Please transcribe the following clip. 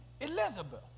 Elizabeth